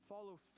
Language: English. follow